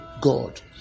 God